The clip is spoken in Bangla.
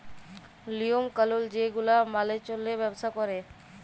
লিওম কালুল যে গুলা মালে চল্যে ব্যবসা ক্যরে